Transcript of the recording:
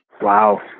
Wow